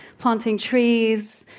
planting trees,